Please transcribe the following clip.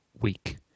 week